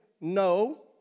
no